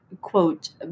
quote